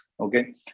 Okay